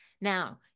Now